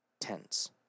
tense